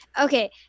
Okay